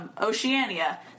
Oceania